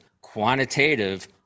quantitative